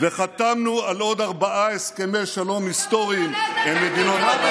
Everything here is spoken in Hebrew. וחתמנו על עוד ארבעה הסכמי שלום היסטוריים עם מדינות ערב.